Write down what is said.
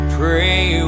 pray